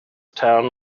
town